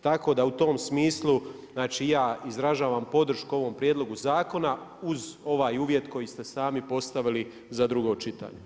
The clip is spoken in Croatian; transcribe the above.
Tako da u tom smislu i ja izražavam podršku ovom prijedlogu zakona uz ovaj uvjet koji ste sami postavili za drugo čitanje.